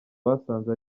basanze